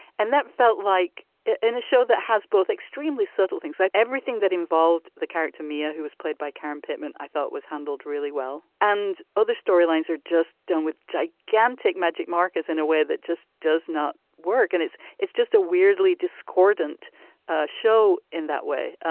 and that felt like in a show that has both extremely subtle things, like everything that involved the character mia, who was played by karen pittman, pittman, i thought was handled really well. and other storylines are just done with gigantic magic marcus in a way that just does not work. and it's it's just a weirdly discordant ah show in that way.